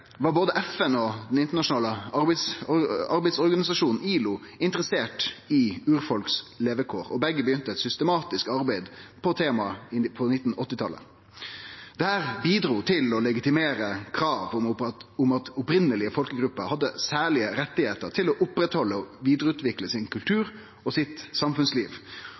var både FN og Den internasjonale arbeidsorganisasjonen, ILO, interesserte i levekåra til urfolket, og begge begynte eit systematisk arbeid om temaet på 1980-talet. Dette bidrog til å legitimere kravet om at opphavlege folkegrupper hadde særlege rettar til å halde ved lag og vidareutvikle kulturen sin og samfunnslivet sitt.